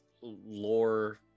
lore